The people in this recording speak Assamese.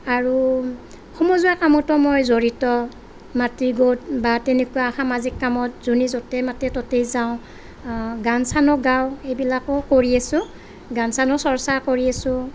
আৰু সমজুৱা কামতো মই জড়িত মাতৃ গোট বা তেনেকুৱা সামাজিক কামত যোনে য'তে মাতে ত'তেই যাওঁ গান চানো গাওঁ এইবিলাকো কৰি আছোঁ গান চানো চৰ্চা কৰি আছোঁ